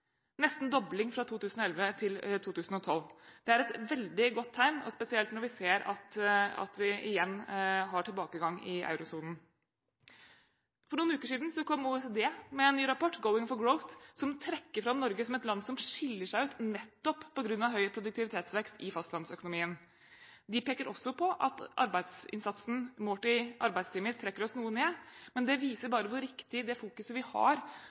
nesten dobling fra 2011 til 2012. Det er et veldig godt tegn, spesielt når vi ser at vi igjen har tilbakegang i eurosonen. For noen uker siden kom OECD med en ny rapport, Going for Growth, som trekker fram Norge som et land som skiller seg ut nettopp på grunn av høy produktivitetsvekst i fastlandsøkonomien. En peker også på at arbeidsinnsatsen målt i arbeidstimer trekker oss noe ned, men det viser bare hvor riktig det fokuset vi har